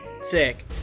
Sick